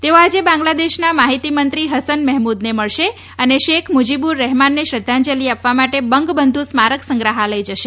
તેઓ આજે બાંગ્લદેશના માહિતી મંત્રી હસન મેહમૂદને મળશે અને શેખ મુજિબુર રહેમાનને શ્રધ્ધાજલિ આપવા માટે બંગબંધુ સ્મારક સંગ્રહાલય જશે